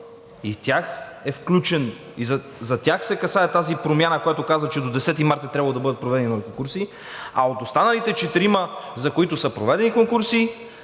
на Закона, и за тях се касае тази промяна, която казва, че до 10 март е трябвало да бъдат проведени новите конкурси. А от останалите четирима, за които са проведени конкурси